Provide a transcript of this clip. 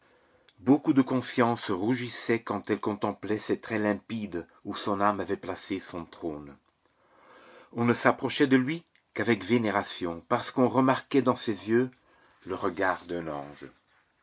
beaucoup de consciences rougissaient quand elles contemplaient ces traits limpides où son âme avait placé son trône on ne s'approchait de lui qu'avec vénération parce qu'on remarquait dans ses yeux le regard d'un ange